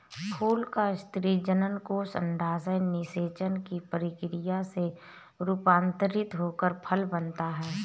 फूल का स्त्री जननकोष अंडाशय निषेचन की प्रक्रिया से रूपान्तरित होकर फल बनता है